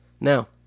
Now